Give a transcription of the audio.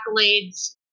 accolades